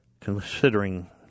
considering